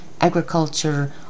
agriculture